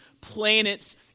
planets